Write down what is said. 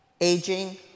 Aging